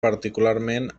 particularment